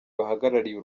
bahagarariye